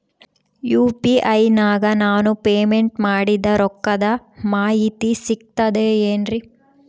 UPI ನಾಗ ನಾನು payment ಮಾಡಿದ ರೊಕ್ಕದ ಮಾಹಿತಿ ಸಿಕ್ತದೆ ಏನ್ರಿ?